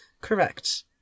Correct